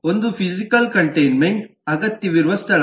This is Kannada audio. ಒಂದು ಫಿಸಿಕಲ್ ಕಂಟೈನ್ಮೆಂಟ್ ಅಗತ್ಯವಿರುವ ಸ್ಥಳ